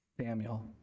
Samuel